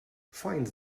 find